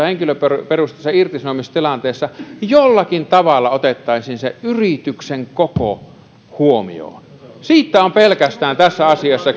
henkilöperusteisessa irtisanomistilanteessa jollakin tavalla otettaisiin se yrityksen koko huomioon pelkästään siitä on tässä asiassa